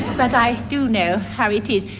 but i do know how it is.